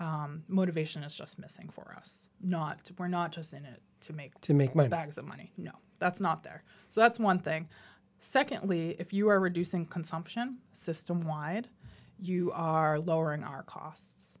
motivation is just missing for us not to pour not just in it to make to make money bags of money no that's not there so that's one thing secondly if you are reducing consumption systemwide you are lowering our